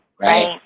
Right